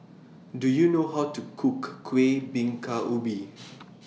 Do YOU know How to Cook Kuih Bingka Ubi